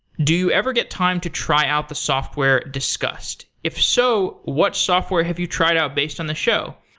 do you ever get time to try out the software discussed? if so, what software have you tried out based on the show?